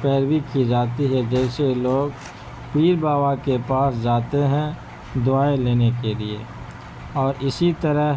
پیروی کی جاتی ہے جیسے لوگ پیر بابا کے پاس جاتے ہیں دعائیں لینے کے لیے اور اسی طرح